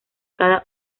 cada